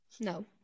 No